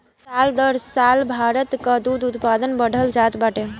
साल दर साल भारत कअ दूध उत्पादन बढ़ल जात बाटे